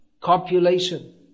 copulation